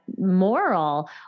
moral